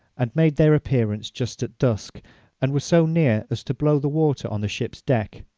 and made their appearance just at dusk and were so near as to blow the water on the ship's deck.